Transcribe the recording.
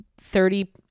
thirty